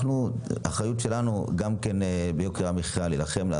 האחריות שלנו היא גם לעזור ולהילחם ביוקר המחיה.